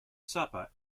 supper